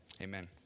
Amen